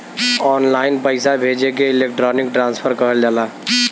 online पइसा भेजे के इलेक्ट्रानिक ट्रांसफर कहल जाला